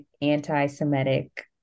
anti-Semitic